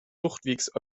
fluchtwegs